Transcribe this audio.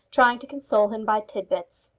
trying to console him by titbits.